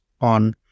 on